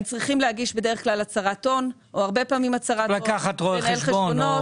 הרבה פעמים הם צריכים להגיש הצהרת הון -- לקחת רואה חשבון.